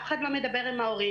אף אחד לא מדבר עם ההורים.